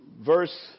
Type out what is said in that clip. verse